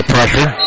Pressure